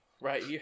right